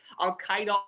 Al-Qaeda